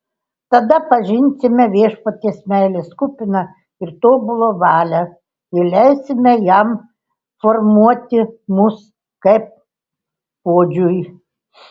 tada pažinsime viešpaties meilės kupiną ir tobulą valią ir leisime jam formuoti mus kaip puodžiui